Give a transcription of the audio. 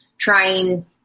Trying